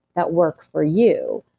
that work for you.